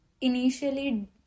initially